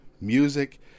Music